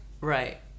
right